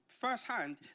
firsthand